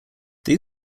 they